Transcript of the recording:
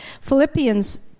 Philippians